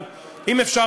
אבל אם אפשר,